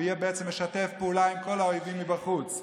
יהיה משתף פעולה עם כל האויבים מבחוץ.